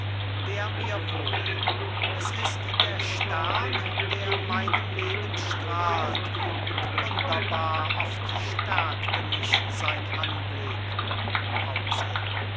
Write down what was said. wär mir wohl es ist der stern der meinem leben strahlt und wunderbar oft stärkte mich sein anblick pause